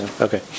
Okay